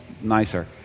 nicer